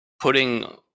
putting